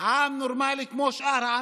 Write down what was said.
אז בשביל מה,